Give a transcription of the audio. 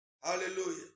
Hallelujah